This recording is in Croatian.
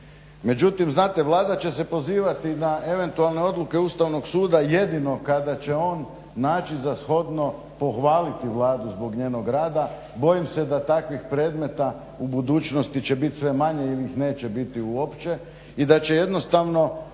Međutim, znate Vlada će se pozivati na eventualne odluke Ustavnog suda jedino kada će on naći za shodno pohvaliti Vladu zbog njenog rada. Bojim se da takvih predmeta u budućnosti će bit sve manje ili ih neće biti uopće i da će jednostavno